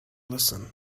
listen